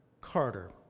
Carter